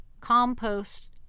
compost